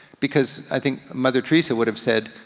because, i think, mother teresa would have said,